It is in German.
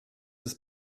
ist